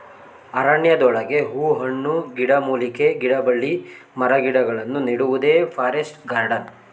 ಅರಣ್ಯದೊಳಗೆ ಹೂ ಹಣ್ಣು, ಗಿಡಮೂಲಿಕೆ, ಗಿಡಬಳ್ಳಿ ಮರಗಿಡಗಳನ್ನು ನೆಡುವುದೇ ಫಾರೆಸ್ಟ್ ಗಾರ್ಡನ್